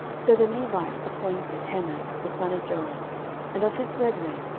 so the levites appointed heman the son of joel and of his brethren,